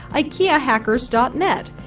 ikeahackers dot net.